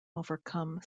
overcome